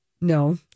no